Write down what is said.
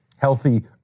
Healthy